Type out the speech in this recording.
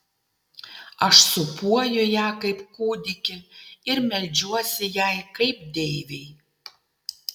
aš sūpuoju ją kaip kūdikį ir meldžiuosi jai kaip deivei